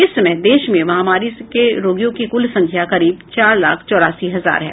इस समय देश में महामारी के रोगियों की कुल संख्या करीब चार लाख चौरासी हजार है